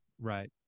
right